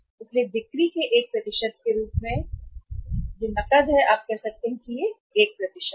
इसलिए बिक्री के एक प्रतिशत के रूप में नकद आप कह सकते हैं कि यह 1 है